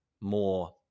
more